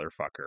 motherfucker